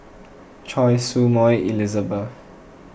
Choy Su Moi Elizabeth